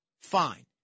fine